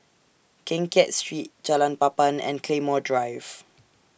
Keng Kiat Street Jalan Papan and Claymore Drive